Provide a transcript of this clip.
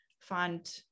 find